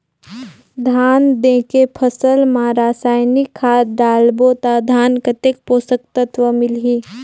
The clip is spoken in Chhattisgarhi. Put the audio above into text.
धान देंके फसल मा रसायनिक खाद डालबो ता धान कतेक पोषक तत्व मिलही?